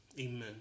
Amen